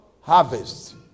harvest